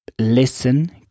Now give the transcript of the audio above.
Listen